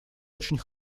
очень